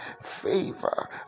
favor